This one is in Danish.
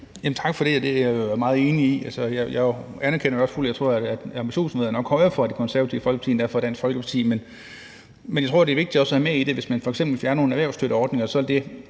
Tak for det. Det er jeg meget enig i, og jeg anerkender det til fulde. Jeg tror, ambitionsniveauet nok er højere for Det Konservative Folkeparti, end det er for Dansk Folkeparti, men jeg tror, det er vigtigt også at have noget andet med i det. Hvis man f.eks. fjerner nogle erhvervsstøtteordninger, giver det